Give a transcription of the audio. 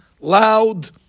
loud